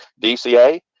dca